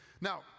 Now